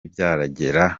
byagera